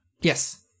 Yes